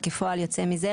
כפועל יוצא מזה,